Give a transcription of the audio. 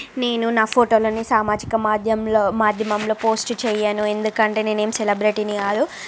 నేను నా ఫోటోలని సామాజిక మాధ్యంలో మాధ్యమంలో పోస్ట్ చేయను ఎందుకంటే నేను నేనేమీ సెలబ్రిటీని కాదు